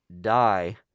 die